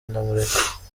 ndamureka